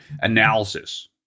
analysis